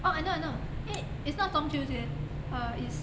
orh I know I know eh it's not 中秋节 uh is